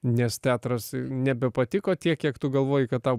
nes teatras nebepatiko tiek kiek tu galvojai kad tau